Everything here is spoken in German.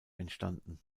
entstanden